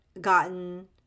gotten